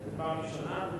פעם ראשונה,